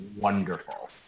wonderful